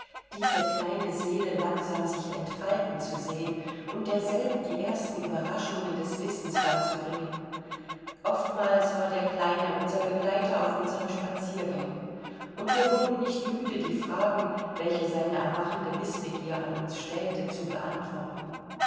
diese kleine seele langsam sich entfalten zu sehen und derselben die ersten überraschungen des wissens beizubringen oftmals war der kleine unser begleiter auf unseren spaziergängen und wir wurden nicht müde die fragen welche seine erwachende wißbegier an uns stellte zu beantworten